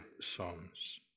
songs